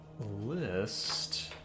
list